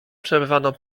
przerwano